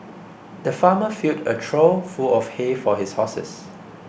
the farmer filled a trough full of hay for his horses